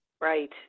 Right